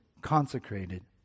consecrated